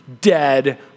dead